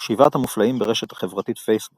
שבעת המופלאים, ברשת החברתית פייסבוק